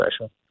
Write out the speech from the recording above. special